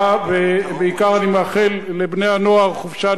בעיקר אני מאחל לבני-הנוער חופשה נעימה,